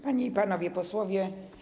Panie i Panowie Posłowie!